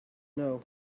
know